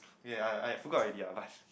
yea I I I forgot already ah but